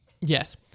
Yes